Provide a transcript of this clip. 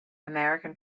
american